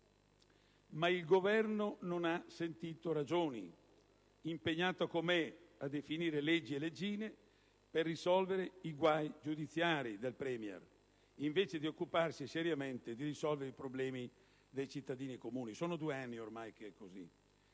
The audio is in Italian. Ma il Governo non ha sentito ragioni, impegnato com'è a definire leggi e leggine per risolvere i guai giudiziari del *Premier*, invece di occuparsi seriamente di risolvere i problemi dei cittadini comuni. Sono da due anni ormai che è così.